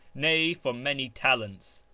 nay for many talents?